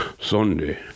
Sunday